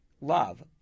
love